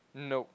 nope